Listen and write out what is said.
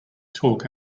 talk